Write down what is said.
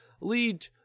lead